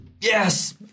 Yes